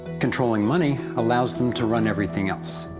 controlling money allows them to run everything else.